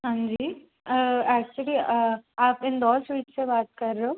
हांजी ऐक्चुली आप इंदौर स्वीट से बात कर रहे हो